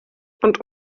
und